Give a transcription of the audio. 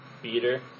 beater